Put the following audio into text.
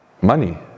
money